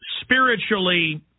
spiritually